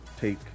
take